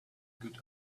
good